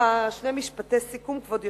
וככה, שני משפטי סיכום, כבוד היושב-ראש,